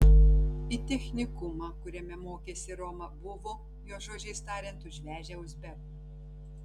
į technikumą kuriame mokėsi roma buvo jos žodžiais tariant užvežę uzbekų